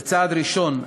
זה צעד ראשון,